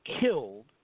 killed